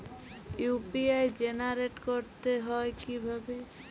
UPI generate করতে হয় কিভাবে?